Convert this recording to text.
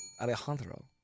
Alejandro